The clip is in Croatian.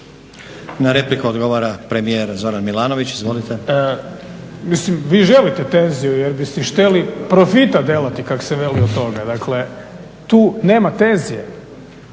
Na repliku odgovara premijer Zoran Milanović. Izvolite.